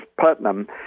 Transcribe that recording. Putnam